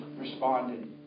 responded